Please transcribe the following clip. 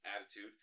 attitude